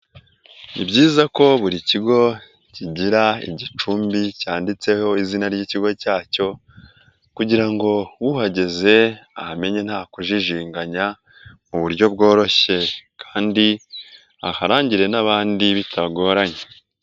Ni byiza ko buri kigo kigira igicumbi cyanditseho izina ry'ikigo cyacyo, kugira ngo uhageze ahamenye nta kujijinganya mu buryo bworoshye, kandi aharangire n'abandi bitagoranye.